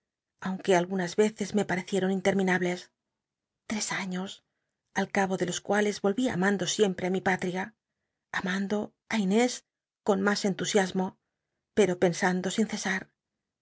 intcsminaaunque algunas veces me parecieron interminables tres aiios al catio de los cuales y amando siempre á mi patria amando ti inés con mas entusiasmo pero pensando sin cesar